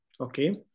Okay